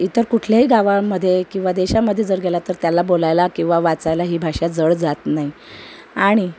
इतर कुठल्याही गावांमध्ये किंवा देशांमध्ये जर गेला तर त्याला बोलायला किंवा वाचायला ही भाषा जड जात नाही आणि